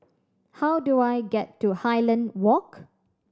how do I get to Highland Walk